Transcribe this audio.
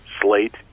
slate